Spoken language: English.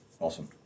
Awesome